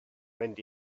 went